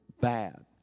bad